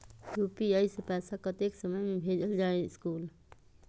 UPI से पैसा कतेक समय मे भेजल जा स्कूल?